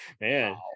man